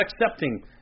accepting